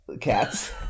Cats